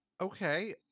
Okay